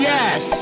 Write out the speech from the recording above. Yes